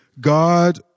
God